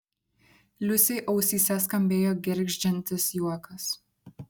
liusei ausyse skambėjo gergždžiantis juokas